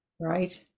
right